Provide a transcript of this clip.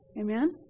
Amen